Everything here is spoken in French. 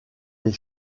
des